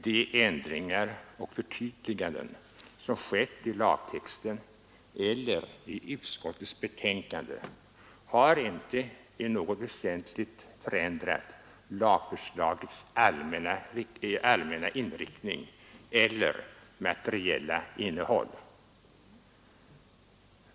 De ändringar och förtydliganden som skett i lagtexten eller i utskottets betänkande har inte i något väsentligt förändrat lagförslagets allmänna inriktning eller materiella innehåll.